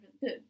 good